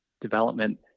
development